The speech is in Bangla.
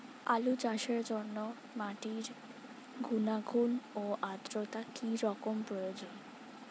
আলু চাষের জন্য মাটির গুণাগুণ ও আদ্রতা কী রকম প্রয়োজন?